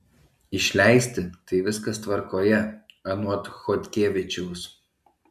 išleisti tai viskas tvarkoje anot chodkevičiaus